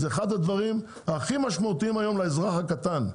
זה אחד הדברים הכי משמעותיים היום לאזרח הקטן,